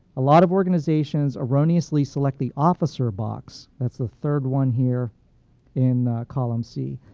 a lot of organizations erroneously select the officer box, that's the third one here in column c,